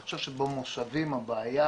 אני חושב שבמושבים הבעיה